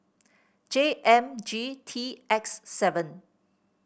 J M G T X seven